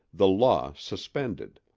the law suspended